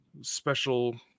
special